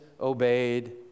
obeyed